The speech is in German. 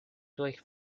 durch